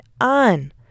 on